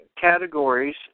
categories